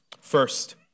First